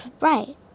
right